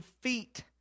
feet